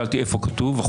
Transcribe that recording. שאלתי איפה כתובה